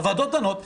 הוועדות דנות,